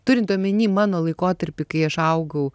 turint omeny mano laikotarpį kai aš augau